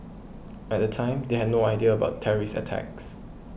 at the time they had no idea about the terrorist attacks